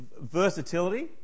versatility